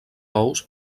ous